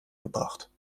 gebracht